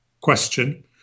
question